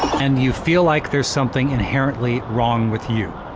and you feel like there's something inherently wrong with you.